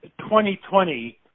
2020